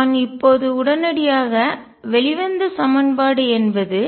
நான் இப்போது உடனடியாக வெளிவந்த சமன்பாடு என்பது